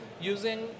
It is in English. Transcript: using